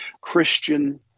Christian